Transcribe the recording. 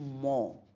more